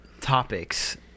topics